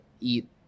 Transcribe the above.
eat